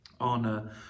on